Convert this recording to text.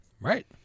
Right